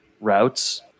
routes